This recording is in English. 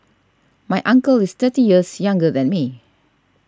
my uncle is thirty years younger than me